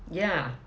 ya